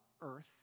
earth